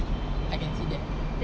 I can see that